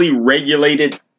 regulated